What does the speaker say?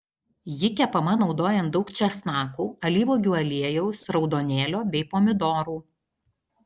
ji kepama naudojant daug česnakų alyvuogių aliejaus raudonėlio bei pomidorų